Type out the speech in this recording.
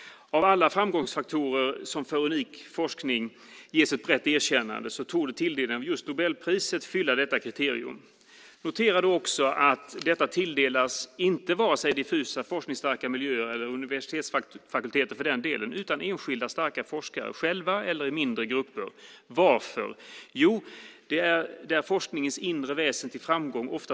Av alla framgångsfaktorer som för unik forskning ges ett brett erkännande torde tilldelningen av just Nobelpriset fylla detta kriterium. Notera då också att detta inte tilldelas vare sig diffusa forskningsstarka miljöer, eller universitetsfakulteter för den delen, utan enskilda starka forskare, ensamma eller i mindre grupper. Varför? Jo, det är forskningens inre väsen.